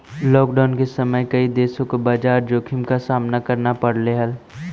lockdown के समय कई देशों को बाजार जोखिम का सामना करना पड़लई हल